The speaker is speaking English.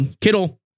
Kittle